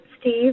Steve